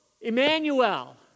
Emmanuel